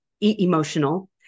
emotional